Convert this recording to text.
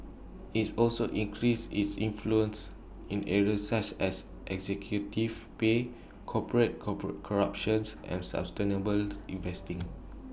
it's also increase its influence in areas such as executive pay corporate cop corruptions and sustainable investing